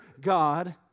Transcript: God